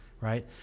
right